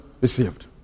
received